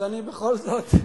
בכל זאת,